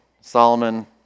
Solomon